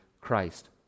Christ